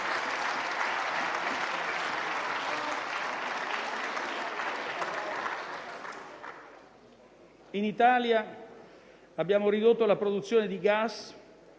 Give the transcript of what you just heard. In Italia abbiamo ridotto la produzione di gas